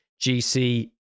GC